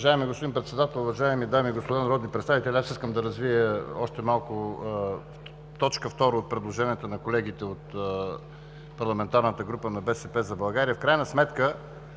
Уважаеми господин Председател, уважаеми дами и господа народни представители! Искам да развия още малко т. 2 от предложението на колегите от Парламентарната група „БСП за България“. В крайна сметка